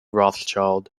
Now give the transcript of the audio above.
rothschild